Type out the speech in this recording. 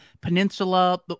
Peninsula